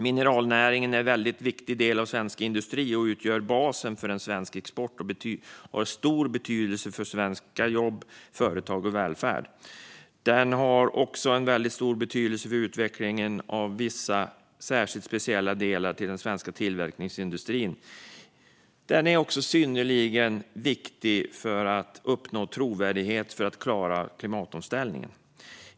Mineralnäringen är en viktig del av svensk industri, utgör basen för svensk export och har stor betydelse för svenska jobb, företag och välfärd. Den har också stor betydelse för utvecklingen av särskilt speciella delar av den svenska tillverkningsindustrin. Den är också synnerligen viktig för att uppnå trovärdighet för att klara klimatomställningen.